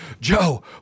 Joe